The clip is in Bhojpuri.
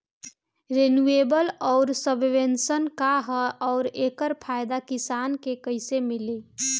रिन्यूएबल आउर सबवेन्शन का ह आउर एकर फायदा किसान के कइसे मिली?